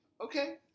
okay